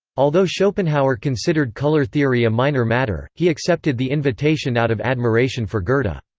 although schopenhauer considered colour theory a minor matter, he accepted the invitation out of admiration for goethe. but